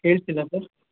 ಕೇಳ್ತಿಲ್ಲ sir